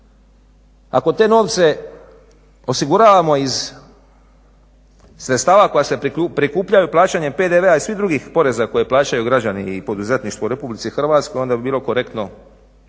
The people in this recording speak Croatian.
ako te novce osiguravamo iz sredstava koja se prikupljaju plaćanjem PDV-a i svih drugih poreza koji plaćaju građani i poduzetništvo u RH onda bi bilo korektno